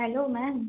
hello ma'am